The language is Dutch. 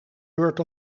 word